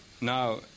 now